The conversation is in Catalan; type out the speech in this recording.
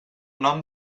nom